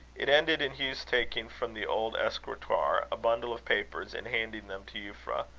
it ended in hugh's taking from the old escritoire a bundle of papers, and handing them to euphra.